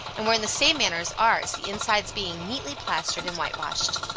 and were in the same manner as ours, the insides being neatly plastered and whitewashed.